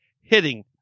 hitting